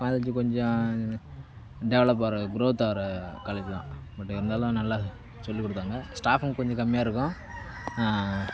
அதுக்கு கொஞ்சம் டெவலப் ஆகிற க்ரோத் ஆகிற காலேஜ்தான் பட் இருந்தாலும் நல்லா சொல்லிக் கொடுத்தாங்க ஸ்டாஃப்பும் கொஞ்சம் கம்மியாக இருக்கும்